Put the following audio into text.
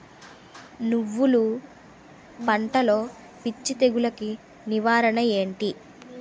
నువ్వులు పంటలో పిచ్చి తెగులకి నివారణ ఏంటి?